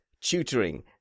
Tutoring